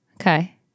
Okay